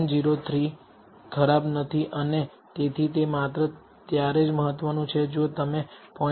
03 ખરાબ નથી અને તેથી તે માત્ર ત્યારે જ મહત્વનું છે જો તમે 0